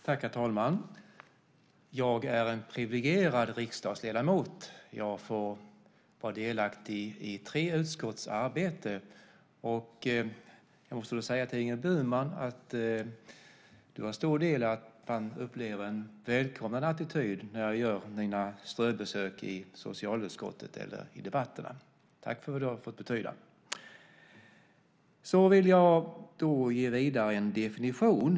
Herr talman. Jag är en privilegierad riksdagsledamot. Jag får delta i tre utskotts arbete. Jag måste säga till Ingrid Burman att hon har en stor del i att jag upplever en välkomnande attityd när jag gör mina ströbesök i socialutskottet eller i debatterna. Jag tackar för det. Jag vill börja med att ge en definition.